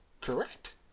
Correct